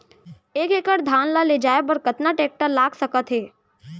एक एकड़ धान ल ले जाये बर कतना टेकटर लाग सकत हे?